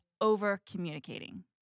over-communicating